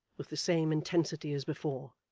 with the same intensity as before,